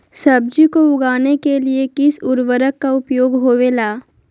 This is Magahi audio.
सब्जी को उगाने के लिए किस उर्वरक का उपयोग होबेला?